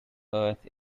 earth